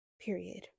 period